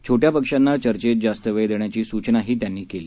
छोऱ्वा पक्षांना चर्चेत जास्त वेळ देण्याची सूचनाही त्यांनी केली